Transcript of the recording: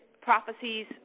prophecies